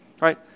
right